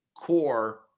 core